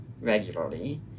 regularly